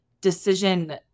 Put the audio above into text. decision